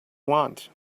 want